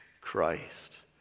Christ